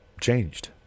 changed